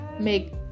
Make